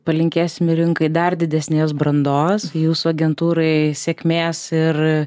palinkėsim rinkai dar didesnės brandos jūsų agentūrai sėkmės ir